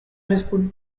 respont